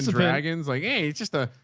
fagens like, hey, it's just a,